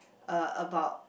uh about